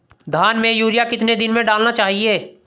धान में यूरिया कितने दिन में डालना चाहिए?